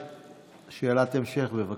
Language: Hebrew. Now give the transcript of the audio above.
שאלת המשך, בבקשה.